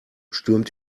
stürmt